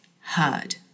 heard